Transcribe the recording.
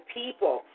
people